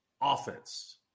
Offense